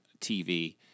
TV